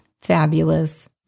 fabulous